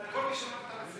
מר גליק, אתה אומר את זה,